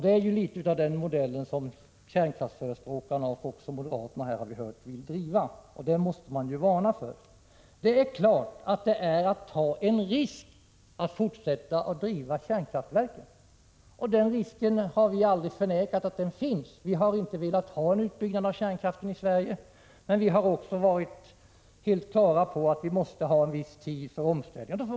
Det är litet av den modell som kärnkraftsförespråkarna och också moderaterna — det har vi ju hört här — vill driva. Det måste man varna för. Naturligtvis är det att ta en risk att fortsätta driva kärnkraftverken. Vi har aldrig förnekat att den risken finns. Vi har inte velat ha en utbyggnad av kärnkraften i Sverige. Men vi har också varit helt på det klara med att vi måste ha en viss tid för omställning.